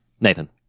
Nathan